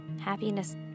Happiness